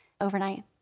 overnight